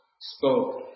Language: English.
spoke